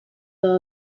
dat